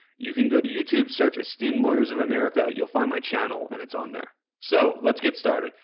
you can go to youtube, search esteemed lawyers of america, you'll find my channel and it's on there. so, let's get started.